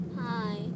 Hi